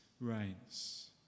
reigns